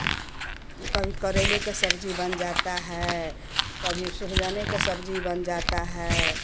कभी करेले का सब्ज़ी बन जाता है कभी सोहजने के सब्ज़ी बन जाता है